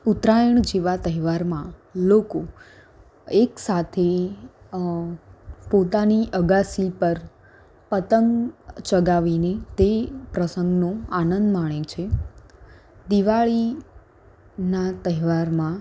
ઉત્તરાયણ જેવા તહેવારમાં લોકો એકસાથે પોતાની અગાશી પર પતંગ ચગાવીને તે પ્રસંગનો આનંદ માણે છે દિવાળીના તહેવારમાં